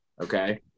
Okay